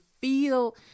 feel